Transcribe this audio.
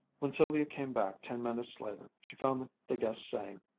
when sylvia came back ten minutes later, she found the guest saying,